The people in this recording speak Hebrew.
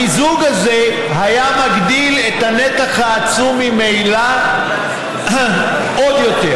המיזוג הזה היה מגדיל את הנתח העצום ממילא עוד יותר.